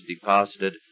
deposited